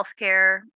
healthcare